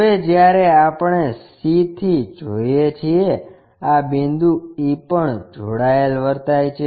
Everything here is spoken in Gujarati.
હવે જ્યારે આપણે c થી જોઈએ છીએ આ બિંદુ e પણ જોડાયેલ વર્તાય છે